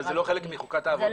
זה לא חלק מחוקת העבודה?